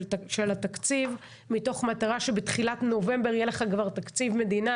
התקציב מתוך מטרה שבתחילת נובמבר יהיה לך כבר תקציב מדינה,